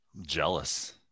Jealous